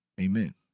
Amen